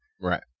Right